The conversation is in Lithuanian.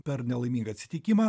per nelaimingą atsitikimą